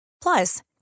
Plus